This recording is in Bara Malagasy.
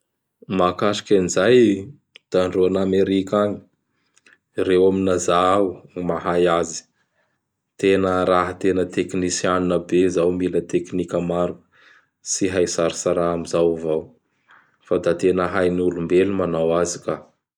Mahakasiky an'izay da andreo an'Anamerika agny, ireo amin'gny NAZA ao gny mahay azy. Tena raha tena teknisianina be zao mila teknika maro, tsy hay tsaratsara amin'izao avao. Fa da tena hainolombelo gny manao azy ka.